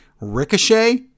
Ricochet